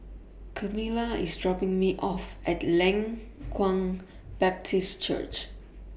Camilla IS dropping Me off At Leng Kwang Baptist Church